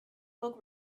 bug